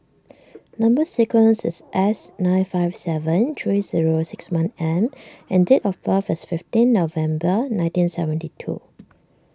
Number Sequence is S nine five seven three zero six one M and date of birth is fifteen November nineteen seventy two